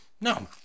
No